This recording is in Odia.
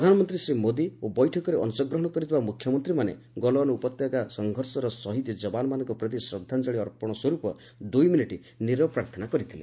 ପ୍ରଧାନମନ୍ତ୍ରୀ ଶ୍ରୀ ମୋଦି ଓ ବୈଠକରେ ଅଂଶଗ୍ରହଣ କରିଥିବା ମୁଖ୍ୟମନ୍ତ୍ରୀମାନେ ଗଲଓ୍ୱାନ ଉପତ୍ୟକା ସଂଘର୍ଷର ସହିଦ ଜବାନମାନଙ୍କ ପ୍ରତି ଶ୍ରଦ୍ଧାଞ୍ଜଳି ଅର୍ପଣ ସ୍ୱର୍ପ ଦୁଇମିନିଟ୍ ନୀରବ ପ୍ରାର୍ଥନା କରିଥିଲେ